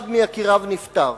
אחד מיקיריו נפטר,